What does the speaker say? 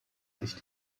sich